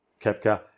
Kepka